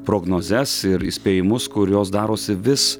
prognozes ir įspėjimus kurios darosi vis